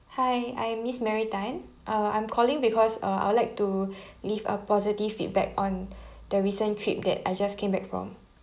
hi I am miss mary tan uh I'm calling because uh I would like to leave a positive feedback on the recent trip that I just came back from